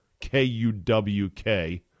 K-U-W-K